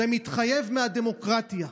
זה מתחייב מהדמוקרטיה.